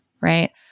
right